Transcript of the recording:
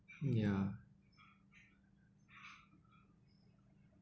ya